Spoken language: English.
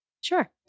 Sure